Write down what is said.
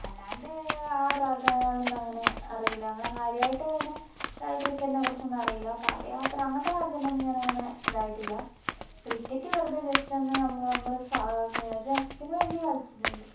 അലാണ്ട് ആ പ്രവർത്തനങ്ങളിൽ അങ്ങനെ അറിയില്ല അങ്ങനെ കാര്യമായിട്ട് അങ്ങനെ ക്രിക്കറ്റിനെ കുറിച്ചൊന്നും അറിയില്ല പദയാത്ര അങ്ങനത്തെ കാര്യത്തിനൊന്നും ഞാൻ അങ്ങനെ അതായിട്ടില്ല ക്രിക്കറ്റ് വെറുതെ ജസ്റ്റ് ഒന്ന് നമ്മള് നമ്മള് പിന്നെ ഒരു രസത്തിനു വേണ്ടി കളിച്ചിട്ടുണ്ട്